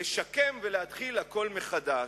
לשקם ולהתחיל הכול מחדש.